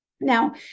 Now